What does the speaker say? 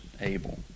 able